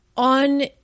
On